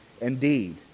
indeed